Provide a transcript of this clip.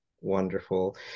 wonderful